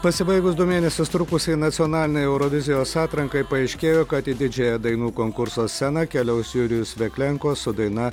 pasibaigus du mėnesius trukusiai nacionalinei eurovizijos atrankai paaiškėjo kad į didžiąją dainų konkurso sceną keliaus jurijus veklenko su daina